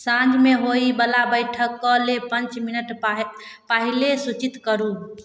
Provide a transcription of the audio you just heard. साँझमे होइ बला बैठक कऽ लेल पाँच मिनट पाह पहिले सूचित करू